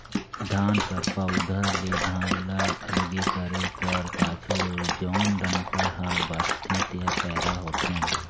धान कर पउधा ले धान ल अलगे करे कर पाछू जउन डंठा हा बांचथे तेहर पैरा होथे